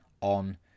on